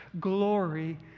glory